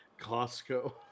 Costco